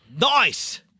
Nice